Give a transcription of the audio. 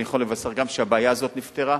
אני יכול לבשר גם שהבעיה הזאת נפתרה.